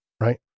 Right